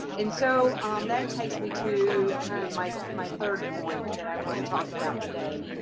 and so that takes me to kind of my my third point that i want to talk about today.